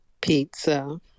Pizza